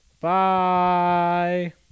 Bye